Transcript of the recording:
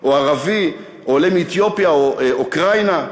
או ערבי או עולה מאתיופיה או אוקראינה,